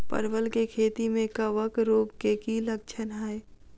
परवल केँ खेती मे कवक रोग केँ की लक्षण हाय?